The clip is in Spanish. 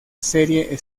serie